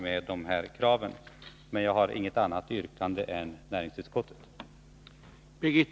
Jag har emellertid inget annat yrkande än näringsutskottet.